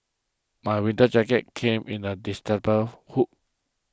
my winter jacket came in a hood